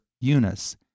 Eunice